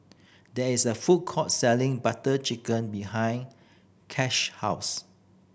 there is a food court selling Butter Chicken behind Kash house